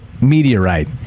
meteorite